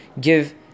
give